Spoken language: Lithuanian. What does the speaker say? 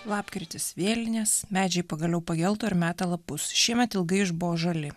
lapkritis vėlinės medžiai pagaliau pagelto ir meta lapus šiemet ilgai išbuvo žali